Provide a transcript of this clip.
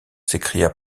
s’écria